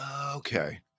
okay